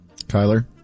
Kyler